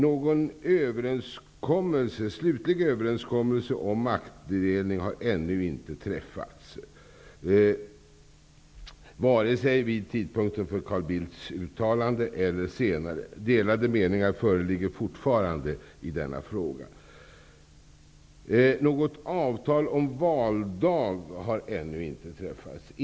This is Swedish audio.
Någon slutlig överenskommelse om maktdelning har inte träffats, vare sig vid tidpunkten för Carl Bildts uttalande eller senare. Delade meningar föreligger fortfarande i denna fråga. Något avtal om valdag har ännu inte träffats.